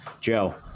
Joe